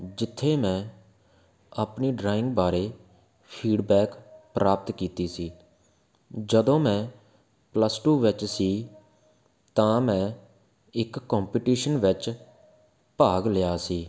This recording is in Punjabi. ਜਿੱਥੇ ਮੈਂ ਆਪਣੀ ਡਰਾਇੰਗ ਬਾਰੇ ਫੀਡਬੈਕ ਪ੍ਰਾਪਤ ਕੀਤੀ ਸੀ ਜਦੋਂ ਮੈਂ ਪਲੱਸ ਟੂ ਵਿੱਚ ਸੀ ਤਾਂ ਮੈਂ ਇੱਕ ਕੰਪਟੀਸ਼ਨ ਵਿੱਚ ਭਾਗ ਲਿਆ ਸੀ